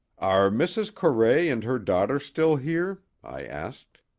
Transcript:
are mrs. corray and her daughter still here? i asked.